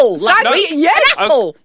Yes